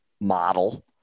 model